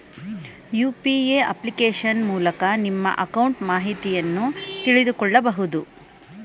UPA application ಮೂಲಕ ನಿಮ್ಮ account ಮಾಹಿತಿಯನ್ನು ತಿಳಿದುಕೊಳ್ಳಬಹುದು